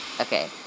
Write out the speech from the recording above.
Okay